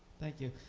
thank you.